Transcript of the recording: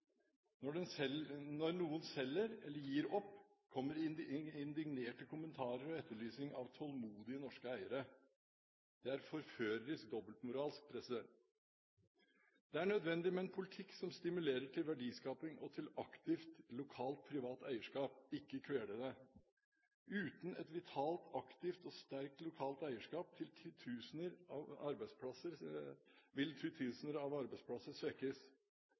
Når noen selger eller gir opp, kommer det indignerte kommentarer og etterlysning av «tålmodige» norske eiere. Det er forførerisk dobbeltmoralsk! Det er nødvendig med en politikk som stimulerer til verdiskaping og til aktivt, lokalt, privat eierskap – og ikke kveler det. Uten et vitalt, aktivt og sterkt lokalt eierskap vil titusener av arbeidsplasser svekkes.